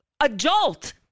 adult